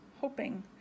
hoping